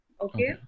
Okay